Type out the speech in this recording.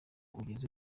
ugeze